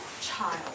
child